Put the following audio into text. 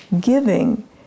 giving